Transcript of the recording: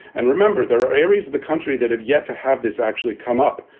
and remember, there are areas of the country that have yet to have this actually come up.